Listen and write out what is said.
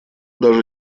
даже